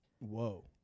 Whoa